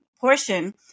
portion